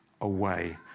away